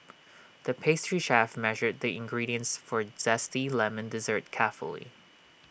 the pastry chef measured the ingredients for A Zesty Lemon Dessert carefully